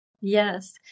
Yes